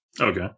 Okay